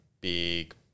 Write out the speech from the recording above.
big